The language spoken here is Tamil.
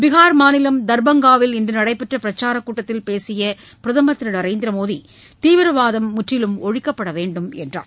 பீகார் மாநிலம் தர்பங்காவில் இன்று நடைபெற்ற பிரச்சாரக் கூட்டத்தில் பேசிய பிரதம் திரு நரேந்திரமோடி தீவிரவாதம் முற்றிலும் ஒழிக்கப்பட வேண்டும் என்றார்